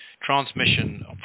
transmission